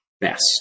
best